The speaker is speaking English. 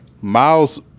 Miles